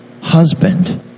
husband